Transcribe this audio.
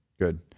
good